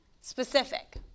specific